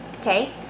Okay